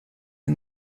and